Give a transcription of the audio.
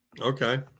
Okay